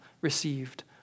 received